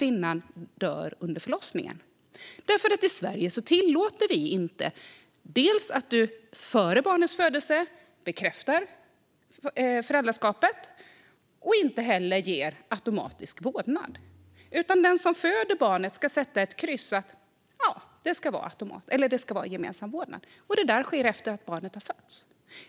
I Sverige tillåter vi nämligen inte att man före barnets födelse bekräftar föräldraskapet, och det ges inte heller automatiskt gemensam vårdnad. Den som föder barnet ska kryssa i att det ska vara gemensam vårdnad, men detta sker efter att barnet har fötts.